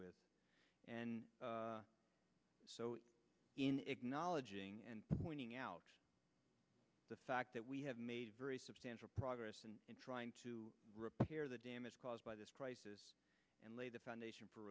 with and in acknowledging and pointing out the fact that we have made very substantial progress in trying to repair the damage caused by this crisis and lay the foundation for